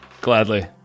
Gladly